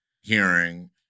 hearing